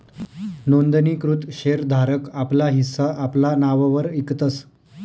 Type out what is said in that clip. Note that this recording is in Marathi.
नोंदणीकृत शेर धारक आपला हिस्सा आपला नाववर इकतस